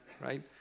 right